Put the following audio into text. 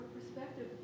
perspective